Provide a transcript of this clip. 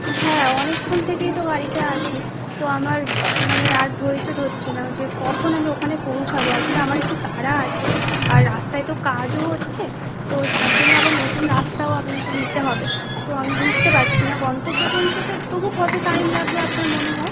হ্যাঁ অনেকক্ষণ থেকেই তো গাড়িতে আছি তো আমার মানে আর ধৈর্য ধরছে না যে কখন আমি ওখানে পৌঁছাবো আসলে আমার একটু তাড়া আছে আর রাস্তায় তো কাজও হচ্ছে তো তার জন্য আবার নতুন রাস্তাও আপনাকে নিতে হবে তো আমি বুঝতে পাচ্ছি না গন্তব্যে পৌঁছোতে তবু কত টাইম লাগবে আপনার মনে হয়